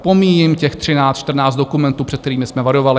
Pomíjím těch třináct čtrnáct dokumentů, před kterými jsme varovali.